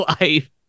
life